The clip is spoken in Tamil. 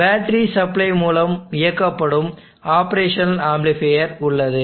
எனவே பேட்டரி சப்ளை மூலம் இயக்கப்படும் ஆப்ரேஷனல் ஆம்ப்ளிஃபையர் உள்ளது